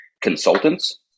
consultants